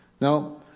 Now